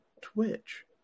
Twitch